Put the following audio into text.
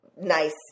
nice